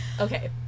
Okay